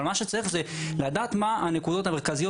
מה שצריך זה לדעת מה הנקודות המרכזיות,